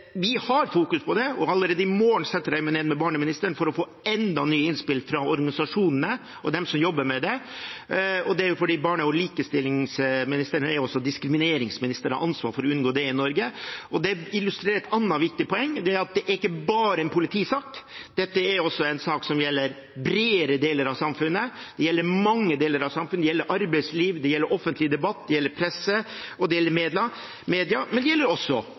Vi har fokus på dette, og allerede i morgen setter jeg meg ned med barneministeren for å få enda flere nye innspill fra organisasjonene og dem som jobber med dette. Det er jo fordi barne- og likestillingsministeren også er diskrimineringsminister og har ansvar for å unngå det i Norge. Det illustrerer et annet viktig poeng, at dette ikke bare er en politisak. Dette er også en sak som gjelder bredere deler av samfunnet, det gjelder mange deler av samfunnet, det gjelder arbeidsliv, det gjelder offentlig debatt, det gjelder presse og media, men det gjelder også